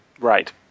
Right